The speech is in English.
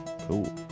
Cool